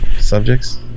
subjects